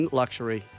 luxury